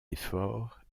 efforts